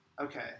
okay